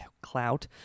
clout